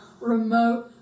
remote